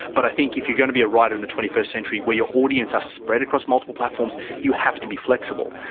but i think if you're going to be a writer in the twenty first century where your audience are spread across multiple platforms, you have to be flexible,